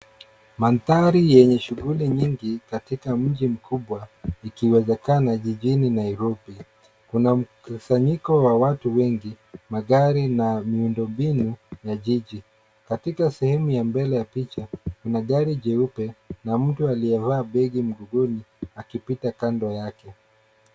Mandhari yenye shughuli nyingi katika mji mkubwa, ikiwezekana jijini Nairobi. Kuna mkusanyiko wa watu wengi, magari na miundombinu ya jiji. Katika sehemu ya mbele ya picha, kuna gari jeupe na mtu aliyevaa begi mgongoni akipita kando yake.